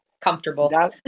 comfortable